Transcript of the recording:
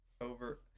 over